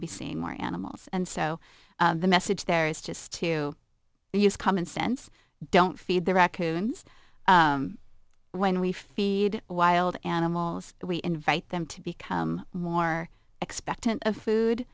to be seeing more animals and so the message there is just to use common sense don't feed the raccoons when we feed wild animals we invite them to become more expectant of food